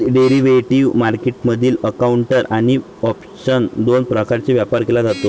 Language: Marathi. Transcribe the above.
डेरिव्हेटिव्ह मार्केटमधील काउंटर आणि ऑप्सन दोन प्रकारे व्यापार केला जातो